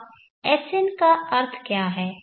अब Sn का अर्थ क्या है